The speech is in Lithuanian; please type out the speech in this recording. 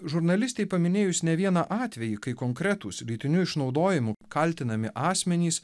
žurnalistei paminėjus ne vieną atvejį kai konkretūs lytiniu išnaudojimu kaltinami asmenys